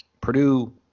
Purdue